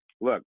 look